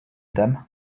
them